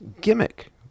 gimmick